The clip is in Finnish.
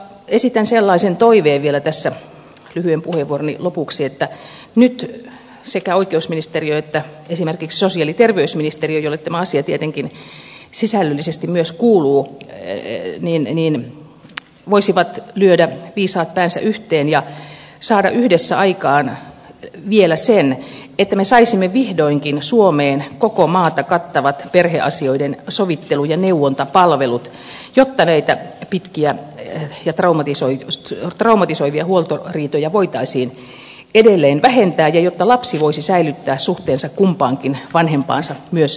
esitän sellaisen toiveen vielä tässä lyhyen puheenvuoroni lopuksi että nyt sekä oikeusministeriö että esimerkiksi sosiaali ja terveysministeriö jolle tämä asia tietenkin sisällöllisesti myös kuuluu voisivat lyödä viisaat päänsä yhteen ja saada yhdessä aikaan vielä sen että me saisimme vihdoinkin suomeen koko maan kattavat perheasioiden sovittelu ja neuvontapalvelut jotta näitä pitkiä ja traumatisoivia huoltoriitoja voitaisiin edelleen vähentää ja jotta lapsi voisi säilyttää suhteensa kumpaankin vanhempaansa myös eron jälkeen